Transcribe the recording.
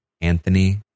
Anthony